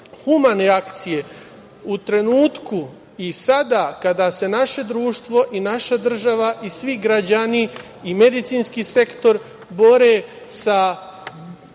humane akcije u trenutku i sada kada se naše društvo i naša država i svi građani i medicinski sektor bore sa